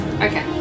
Okay